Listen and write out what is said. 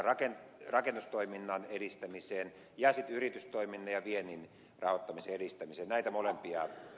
työllistävän rakennustoiminnan edistämiseen ja yritystoiminnan ja viennin rahoittamisen edistämiseen